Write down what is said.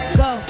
go